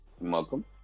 Welcome